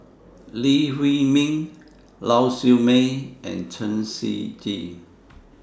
Lee Huei Min Lau Siew Mei and Chen Shiji